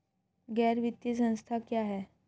गैर वित्तीय संस्था क्या है?